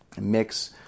mix